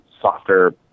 softer